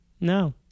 no